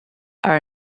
are